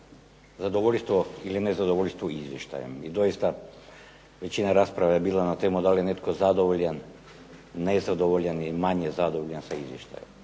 zadovoljstvo ili nezadovoljstvo izvještajem, i doista većina rasprave je bila na temu da li je netko zadovoljan, nezadovoljan, ili manje zadovoljan sa izvještajem,